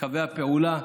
קווי הפעולה,